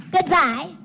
Goodbye